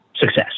success